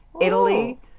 Italy